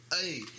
Hey